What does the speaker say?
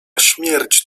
śmierć